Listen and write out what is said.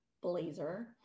blazer